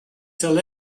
tell